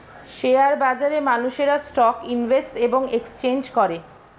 share বাজারে মানুষেরা stock invest এবং এক্সচেঞ্জ করে